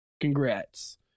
Congrats